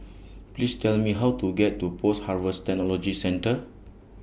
Please Tell Me How to get to Post Harvest Technology Centre